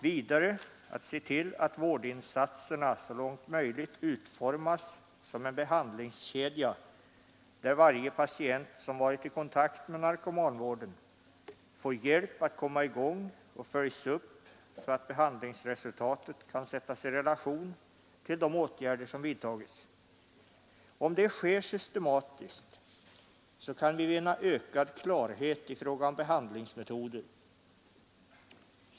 Vidare att se till att vårdinsatserna så långt möjligt utformas som en behandlingskedja, där varje patient som varit i kontakt med narkomanvården får hjälp att komma i gång och följas upp så att behandlingsresultatet kan sättas i relation till de åtgärder som vidtagits. Om det sker systematiskt kan vi vinna ökad klarhet i fråga om behandlingsmetoder.